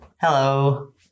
Hello